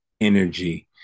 energy